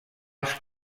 els